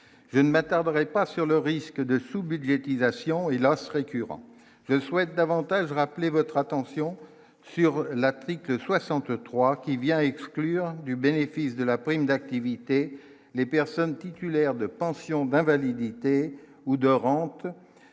je ne m'attarderai pas sur le risque de sous-budgétisation hélas récurrent je souhaite davantage rappeler votre attention sur la trique 63 qui vient exclure du bénéfice de la prime d'activité, les personnes titulaires de pensions d'invalidité ou de rente,